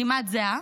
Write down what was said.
כמעט זהה,